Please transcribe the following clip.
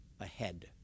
ahead